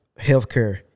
healthcare